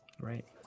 Right